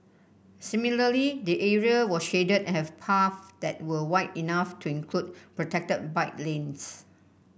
similarly the area was shaded and had paths that were wide enough to include protected bike lanes